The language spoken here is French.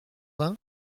vingt